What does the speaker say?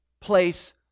place